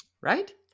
Right